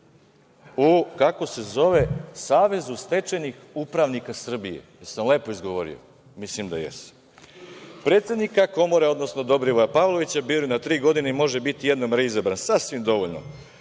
u kako se zove Savezu stečajnih upravnika Srbije, da li sam lepo izgovorio? Mislim da jesam. Predsednika Komore, odnosno Dobrivoja Pavlovića biraju na tri godine i može biti jednom reizabran, sasvim dovoljno. Nadzor